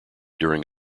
during